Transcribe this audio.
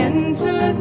Enter